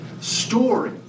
story